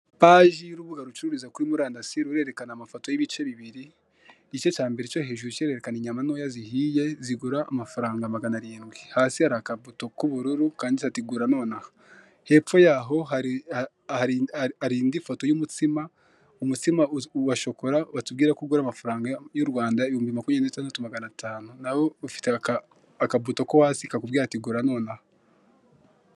Ipaji y'urubuga rucururiza kuri murandasi rurerekana amafoto y'ibice bibiri, igice cya mbere cyo hejuru kirerekana inyama ntoya zihiye zigura amafaranga maganarindwi hasi hari akabuto k'ubururu kanditse ati gura nonaha, hepfo yaho hari indi foto y'umutsima umutsima wa shokora batubwira ko ugura amafaranga y' u Rwanda ibihumbi makumya na bitandatu maganatanu nawo ufite akabuto ko hasi kakubwira ati gura nonaha.